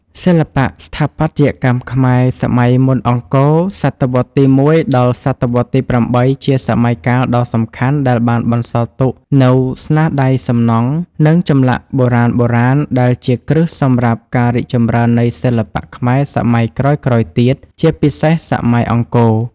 សិល្បៈស្ថាបត្យកម្មខ្មែរសម័យមុនអង្គរ ស.វទី១ ដល់ ស.វទី៨ ជាសម័យកាលដ៏សំខាន់ដែលបានបន្សល់ទុកនូវស្នាដៃសំណង់ និងចម្លាក់បុរាណៗ ដែលជាគ្រឹះសម្រាប់ការរីកចម្រើននៃសិល្បៈខ្មែរសម័យក្រោយៗទៀត ជាពិសេសសម័យអង្គរ។